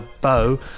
bow